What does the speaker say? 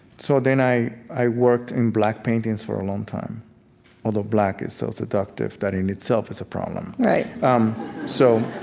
so then i i worked in black paintings for a long time although black is so seductive, that in itself is a problem right um so